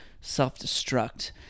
self-destruct